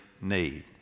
need